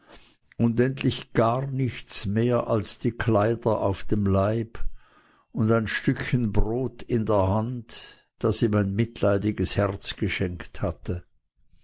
und endlich gar nichts mehr als die kleider auf dem leib und ein stückchen brot in der hand das ihm ein mitleidiges herz geschenkt hatte